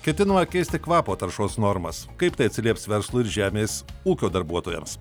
ketino keisti kvapo taršos normas kaip tai atsilieps verslui ir žemės ūkio darbuotojams